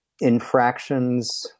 infractions